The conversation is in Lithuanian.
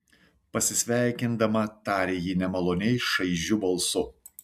pasisveikindama tarė ji nemaloniai šaižiu balsu